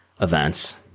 events